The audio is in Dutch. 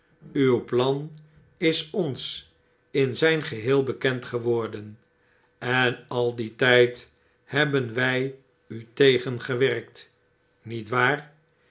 uw plan is ons in zijn geheel bekend geworden en al dien tyd hebben wij u tegengewerkt niet'waar